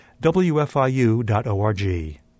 wfiu.org